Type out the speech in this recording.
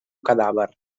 cadàver